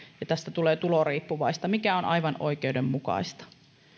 ja tästä tulee tuloriippuvaista mikä on aivan oikeudenmukaista